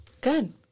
Good